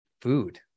food